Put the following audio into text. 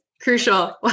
Crucial